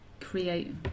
create